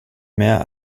mehr